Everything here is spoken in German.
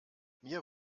mir